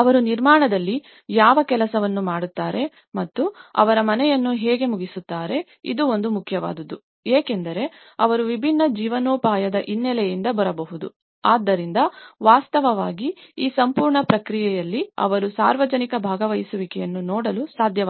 ಅವರು ನಿರ್ಮಾಣದಲ್ಲಿ ಯಾವ ಕೆಲಸವನ್ನು ಮಾಡುತ್ತಾರೆ ಮತ್ತು ಅವರ ಮನೆಯನ್ನು ಹೇಗೆ ಮುಗಿಸುತ್ತಾರೆ ಇದು ಒಂದು ಮುಖ್ಯವಾದುದು ಏಕೆಂದರೆ ಅವರು ವಿಭಿನ್ನ ಜೀವನೋಪಾಯದ ಹಿನ್ನೆಲೆಯಿಂದ ಬರಬಹುದು ಆದ್ದರಿಂದ ವಾಸ್ತವವಾಗಿ ಈ ಸಂಪೂರ್ಣ ಪ್ರಕ್ರಿಯೆಯಲ್ಲಿ ಅವರು ಸಾರ್ವಜನಿಕ ಭಾಗವಹಿಸುವಿಕೆಯನ್ನು ನೋಡಲು ಸಾಧ್ಯವಾಗಲಿಲ್ಲ